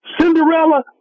Cinderella